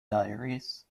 diaries